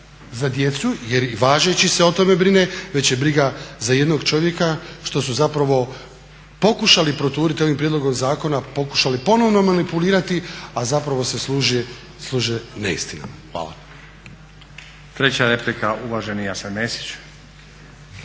za djecu jer i važeći se o tome brine, već je briga za jednog čovjeka što su zapravo pokušali proturiti ovim prijedlogom zakona, pokušali ponovno manipulirati, a zapravo se služe neistinama. Hvala. **Stazić, Nenad (SDP)**